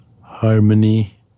harmony